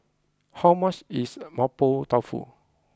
how much is Mapo Tofu